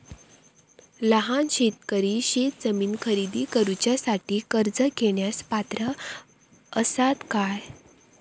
लहान शेतकरी शेतजमीन खरेदी करुच्यासाठी कर्ज घेण्यास पात्र असात काय?